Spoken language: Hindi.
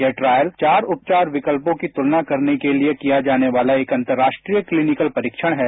ये ट्रायलचार उपचार विकल्पों की तुलना करने के लिए किया जाने वाला एक अंतरराष्ट्रीय क्लिनिकलपरीक्षण है